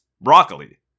broccoli